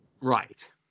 right